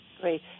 Great